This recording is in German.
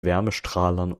wärmestrahlern